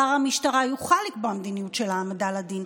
שר המשטרה יוכל לקבוע מדיניות של העמדה לדין,